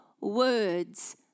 words